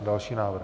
Další návrh.